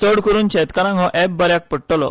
चडकरून शेतकारांक हो अॅप बन्याक पडटलो